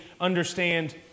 understand